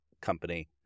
company